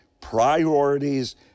priorities